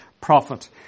prophet